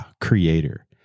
creator